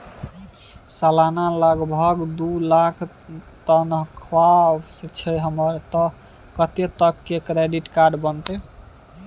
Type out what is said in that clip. सलाना लगभग दू लाख तनख्वाह छै हमर त कत्ते तक के क्रेडिट कार्ड बनतै?